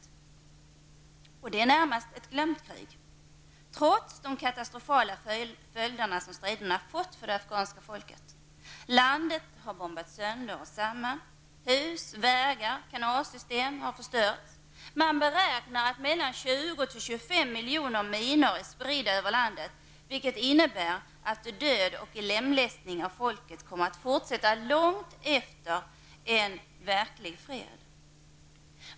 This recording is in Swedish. Detta krig är i det närmaste ett glömt krig, trots de katastrofala följderna av striderna för det afghanska folket. Landet har bombats sönder och samman. Hus, vägar och kanalsystem har förstörts. Man räknar med att 20--25 miljoner minor är spridda över landet, vilket innebär att död och lemlästning av folket kommer att fortsätta långt efter en verklig fred.